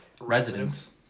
Residents